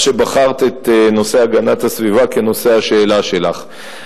שבחרת את נושא הגנת הסביבה כנושא השאלה שלך.